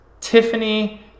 Tiffany